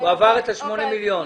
עבר את ה-8 מיליון.